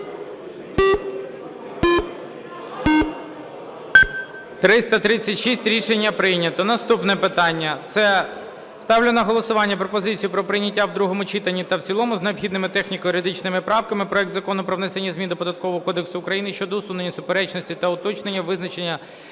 За-336 Рішення прийнято. Наступне питання. Ставлю на голосування пропозицію про прийняття в другому читанні та в цілому з необхідними техніко-юридичними правками проект Закону про внесення змін до Податкового кодексу України щодо усунення суперечностей та уточнення визначення